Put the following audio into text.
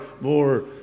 more